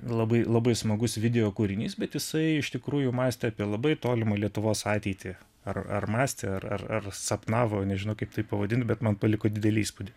labai labai smagus video kūrinys bet jisai iš tikrųjų mąstė apie labai tolimą lietuvos ateitį ar ar mąstė ar ar sapnavo nežinau kaip tai pavadint bet man paliko didelį įspūdį